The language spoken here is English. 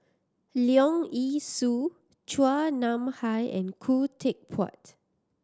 Leong Yee Soo Chua Nam Hai and Khoo Teck Puat